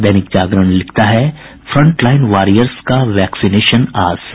दैनिक जागरण ने लिखा है फ्रंटलाइन वॉरियर्स का वैक्सीनेशन आज से